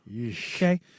Okay